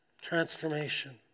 Transformation